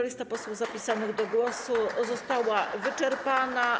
Lista posłów zapisanych do głosu została wyczerpana.